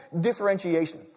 differentiation